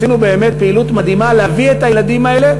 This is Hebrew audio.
עשינו באמת פעילות מדהימה להביא את הילדים האלה